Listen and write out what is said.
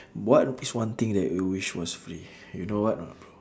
what is one thing that you wish was free you know what or not bro